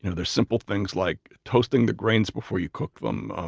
and there's simple things like toasting the grains before you cook them,